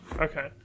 Okay